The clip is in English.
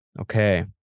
Okay